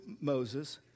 Moses